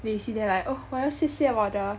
then you see them like oh 我要谢谢我的